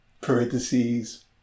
Parentheses